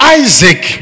isaac